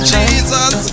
Jesus